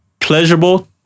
pleasurable